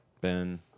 Ben